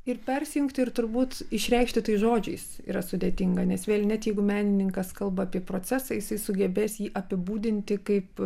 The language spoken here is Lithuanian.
ir persijungti ir turbūt išreikšti tai žodžiais yra sudėtinga nes vėl net jeigu menininkas kalba apie procesą jisai sugebės jį apibūdinti kaip